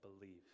believe